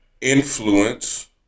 Influence